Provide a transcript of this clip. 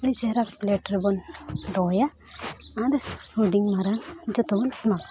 ᱟᱹᱰᱤ ᱪᱮᱦᱨᱟ ᱨᱮᱵᱚᱱ ᱫᱚᱦᱚᱭᱟ ᱟᱨ ᱦᱩᱰᱤᱧ ᱢᱟᱨᱟᱝ ᱡᱚᱛᱚ ᱵᱚᱱ ᱮᱢᱟ ᱠᱚᱣᱟ